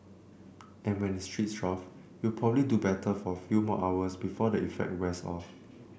and when its switched off you'll probably do better for a few more hours before the effect wears off